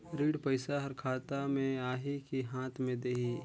ऋण पइसा हर खाता मे आही की हाथ मे देही?